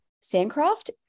Sancroft